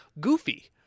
goofy